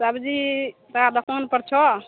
सब्जी तोरा दोकान पर छौ